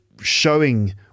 showing